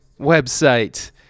website